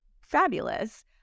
fabulous